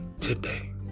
Today